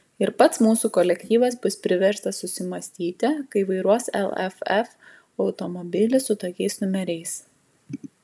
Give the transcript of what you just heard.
ir pats mūsų kolektyvas bus priverstas susimąstyti kai vairuos lff automobilį su tokiais numeriais